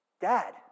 Dad